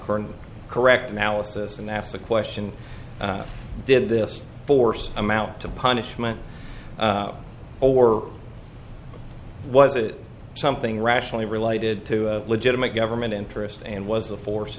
current correct analysis and asked the question did this force amount to punishment or was it something rationally related to a legitimate government interest and was the force